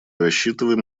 рассчитываем